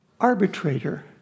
arbitrator